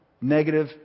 negative